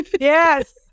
Yes